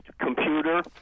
computer